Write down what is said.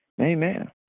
amen